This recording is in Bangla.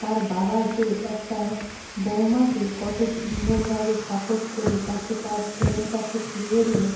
তার বাবা যে একটা বৌমাকে কত সুন্দরভাবে সাপোর্ট করে তাকে তার ছেলের কাছে ফিরিয়ে দিল